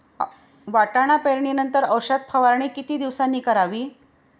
वाटाणा पेरणी नंतर औषध फवारणी किती दिवसांनी करावी?